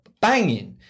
banging